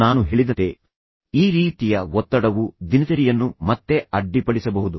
ನಾನು ಹೇಳಿದಂತೆ ಈ ರೀತಿಯ ಒತ್ತಡವು ದಿನಚರಿಯನ್ನು ಮತ್ತೆ ಅಡ್ಡಿಪಡಿಸಬಹುದು